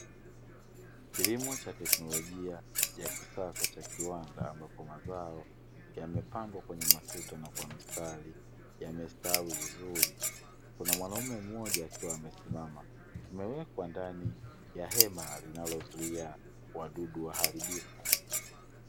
Kilimo cha teknolojia ya kisasa cha kiwanda, ambapo mazao yamepandwa kwenye matuta na kwa mstari, yamestawi vizuri. Kuna mwanaume mmoja akiwa amesimama. Kimewekwa ndani ya hema linalozuia wadudu waharibifu.